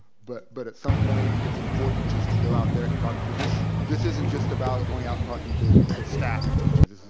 but but at some point it's important just to go out there and talk to, this this isn't just about going out and talking to to staff and teachers,